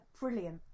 Brilliant